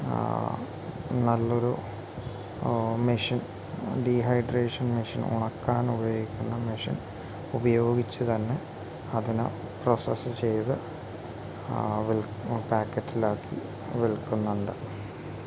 നല്ല ഒരു machine dehydration machine ഉണക്കാൻ ഉപയോഗിക്കുന്ന മെഷീൻ ഉപയോഗിച്ചു തന്നെ അതിന് പ്രോസസ്സ് ചെയ്തു പാക്കറ്റിലാക്കി വിൽക്കുന്നുണ്ട്